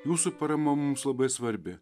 jūsų parama mums labai svarbi